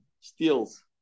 steals